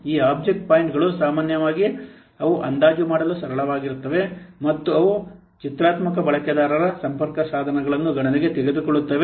ಈ ಆಬ್ಜೆಕ್ಟ್ ಪಾಯಿಂಟ್ಗಳು ಸಾಮಾನ್ಯವಾಗಿ ಅವು ಅಂದಾಜು ಮಾಡಲು ಸರಳವಾಗಿರುತ್ತವೆ ಮತ್ತು ಅವು ಚಿತ್ರಾತ್ಮಕ ಬಳಕೆದಾರ ಸಂಪರ್ಕಸಾಧನಗಳನ್ನು ಗಣನೆಗೆ ತೆಗೆದುಕೊಳ್ಳುತ್ತವೆ